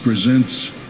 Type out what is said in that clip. Presents